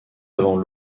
devant